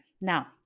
Now